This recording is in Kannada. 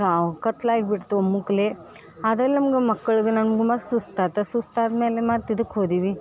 ನಾವು ಕತ್ಲು ಆಗಿಬಿಟ್ತು ಮುಕ್ಲಿ ಅದೆಲ್ಲ ನಮ್ಗೆ ಮಕ್ಳಿಗೂ ನಮ್ಗೂ ಸುಸ್ತು ಆತು ಸುಸ್ತು ಆದಮೇಲೆ ಮತ್ತೆ ಇದಿಕ್ಕೆ ಹೋದಿವಿ